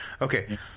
Okay